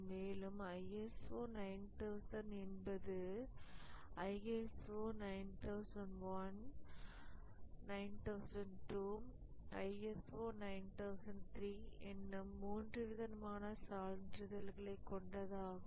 மேலும் ISO 9000 என்பது ISO 9001 9002 ISO 9003 என்னும் மூன்றுவிதமான சான்றிதழ்களை கொண்டதாகும்